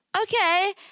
okay